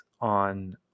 on